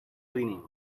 cleaning